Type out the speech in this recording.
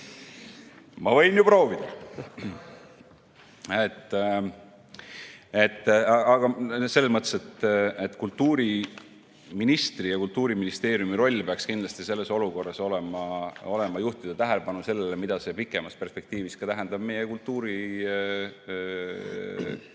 Ma võin ju proovida. Aga kultuuriministri ja Kultuuriministeeriumi roll peaks kindlasti selles olukorras olema juhtida tähelepanu sellele, mida see pikemas perspektiivis tähendab meie kultuuri